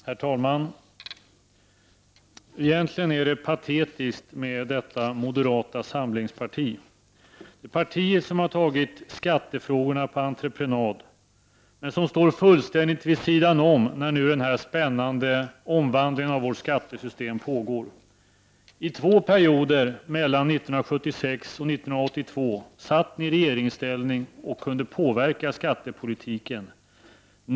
Herr talman! Egentligen är det patetiskt med detta moderata samlingsparti. Det är partiet som har tagit skattefrågorna på entreprenad, men som står fullständigt vid sidan om när den spännande omvandlingen av vårt skattesystem pågår. I två perioder, mellan 1976 och 1982, var ni i regeringsställning och kunde påverka skattepolitiken.